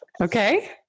Okay